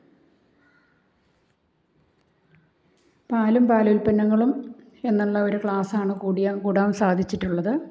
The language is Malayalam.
പാലും പാലുത്പന്നങ്ങളും എന്നുള്ള ഒരു ക്ലാസ്സാണ് കൂടിയ കൂടാൻ സാധിച്ചിട്ടുള്ളത്